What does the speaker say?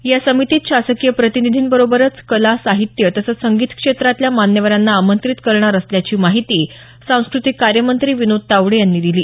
या समितीत शासकीय प्रतिनिधीं बरोबरच कला साहित्य तसंच संगीत क्षेत्रातल्या मान्यवरांना आमंत्रित करणार असल्याची माहिती सांस्कृतिक कार्यमंत्री विनोद तावडे यांनी दिली